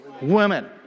Women